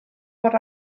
mor